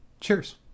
Cheers